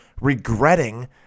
regretting